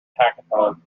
hackathon